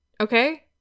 Okay